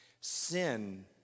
Sin